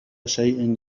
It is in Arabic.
شيء